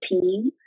team